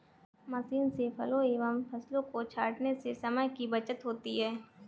machine से फलों एवं फसलों को छाँटने से समय की बचत होती है